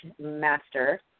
master